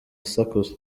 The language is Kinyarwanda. asakuza